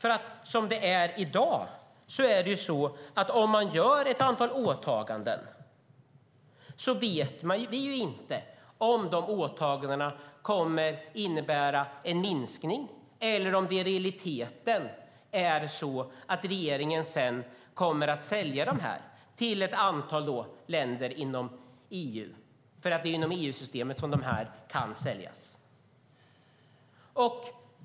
I dag - om man gör ett antal åtaganden - vet man inte om de åtagandena kommer att innebära en minskning eller om det i realiteten är så att regeringen kommer att sälja dem till ett antal länder inom EU, för det är inom EU-systemet de kan säljas.